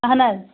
اہن حظ